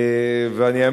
ואני,